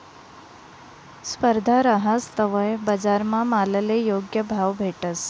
स्पर्धा रहास तवय बजारमा मालले योग्य भाव भेटस